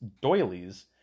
doilies